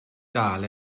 gael